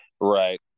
Right